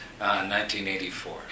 1984